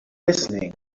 listening